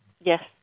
Yes